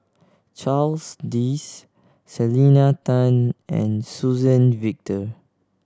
Charles Dyce Selena Tan and Suzann Victor